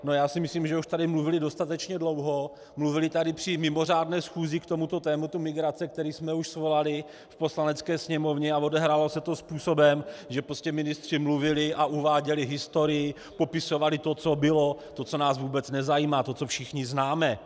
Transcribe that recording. No, já si myslím, že už tady mluvili dostatečně dlouho, mluvili tady při mimořádné schůzi k tomuto tématu migrace, kterou jsme už svolali v Poslanecké sněmovně, a odehrálo se to způsobem, že prostě ministři mluvili a uváděli historii, popisovali to, co bylo, to, co nás vůbec nezajímá, to, co všichni známe.